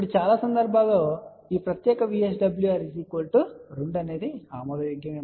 ఇప్పుడు చాలా సందర్భాల్లో ఈ ప్రత్యేక VSWR2 ఆమోదయోగ్యమైనది